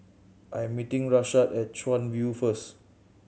I am meeting Rashaad at Chuan View first